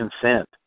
consent